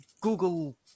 Google